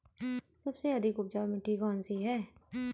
सबसे अधिक उपजाऊ मिट्टी कौन सी है?